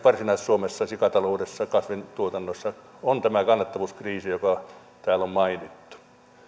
varsinais suomessa sikataloudessa kasvintuotannossa on tämä kannattavuuskriisi joka täällä on mainittu